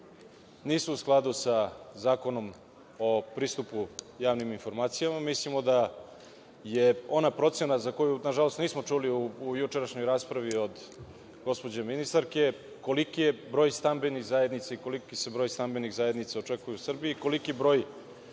nisu u skladu sa Zakonom o pristupu javnim informacijama. Mislimo da je ona procena za koju, nažalost, nismo čuli u jučerašnjoj raspravi od gospođe ministarke, koliki je broj stambenih zajednica ili koliki se broj stambenih zajednica očekuje u Srbiji, koliki broj